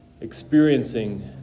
experiencing